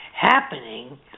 happening